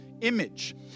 image